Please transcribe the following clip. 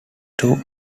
two